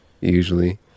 usually